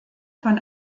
von